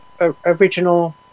original